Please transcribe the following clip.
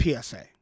psa